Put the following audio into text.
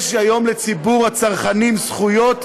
יש היום לציבור הצרכנים זכויות,